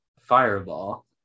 Fireball